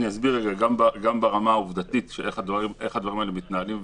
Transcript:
אני אסביר ברמה העובדתית איך הדברים מתנהלים,